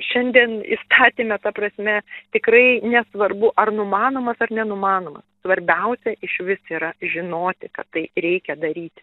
šiandien įstatyme ta prasme tikrai nesvarbu ar numanomas ar nenumanomas svarbiausia išvis yra žinoti kad tai reikia daryti